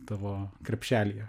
tavo krepšelyje